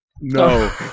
No